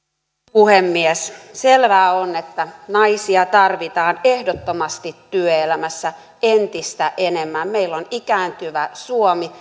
puhemies selvää on että naisia tarvitaan ehdottomasti työelämässä entistä enemmän meillä on ikääntyvä suomi